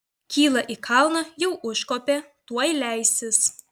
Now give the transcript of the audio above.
kyla į kalną jau užkopė tuoj leisis